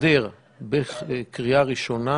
הסדר בקריאה ראשונה,